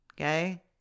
okay